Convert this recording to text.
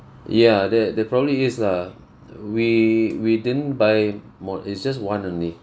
ya there there probably is lah we we didn't buy more it's just one only